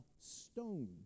stone